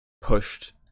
pushed